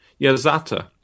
Yazata